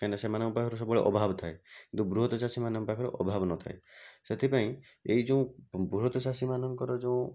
ସେମାନଙ୍କ ପାଖରେ ସବୁବେଳେ ଅଭାବ ଥାଏ କିନ୍ତୁ ବୃହତ ଚାଷୀମାନଙ୍କ ପାଖରେ ଅଭାବ ନଥାଏ ସେଥିପାଇଁ ଏଇ ଯେଉଁ ବୃହତ ଚାଷୀମାନଙ୍କର ଯେଉଁ